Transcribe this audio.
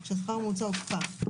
כשהשכר הממוצע הוקפא.